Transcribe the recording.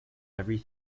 every